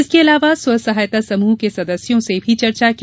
इसके अलावा स्वसहायता समूह के सदस्यों से भी चर्चा की